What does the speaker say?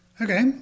Okay